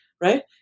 right